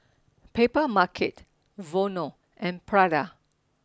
Papermarket Vono and Prada